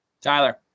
Tyler